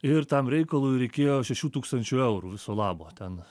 ir tam reikalui reikėjo šešių tūkstančių eurų viso labo ten